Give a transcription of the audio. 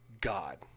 God